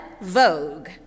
Vogue